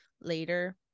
later